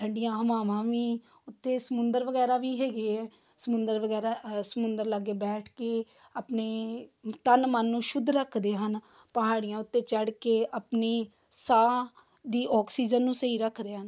ਠੰਡੀਆਂ ਹਵਾਵਾਂ ਵੀ ਉੱਤੇ ਸਮੁੰਦਰ ਵਗੈਰਾ ਵੀ ਹੈਗੇ ਹੈ ਸਮੁੰਦਰ ਵਗੈਰਾ ਸਮੁੰਦਰ ਲਾਗੇ ਬੈਠ ਕੇ ਆਪਣੇ ਤਨ ਮਨ ਨੂੰ ਸ਼ੁੱਧ ਰੱਖਦੇ ਹਨ ਪਹਾੜੀਆਂ ਉੱਤੇ ਚੜ੍ਹ ਕੇ ਆਪਣੀ ਸਾਹ ਦੀ ਓਕਸੀਜ਼ਨ ਨੂੰ ਸਹੀ ਰੱਖਦੇ ਹਨ